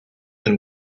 and